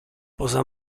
poza